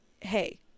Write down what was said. Hey